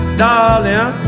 darling